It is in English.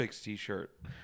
t-shirt